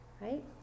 right